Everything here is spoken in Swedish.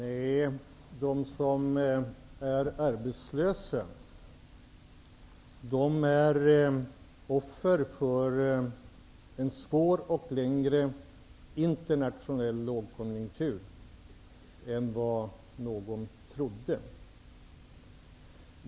Herr talman! De som är arbetslösa är offer för en svår internationell lågkonjunktur, som blev längre än vad någon trodde.